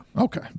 Okay